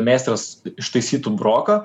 meistras ištaisytų broką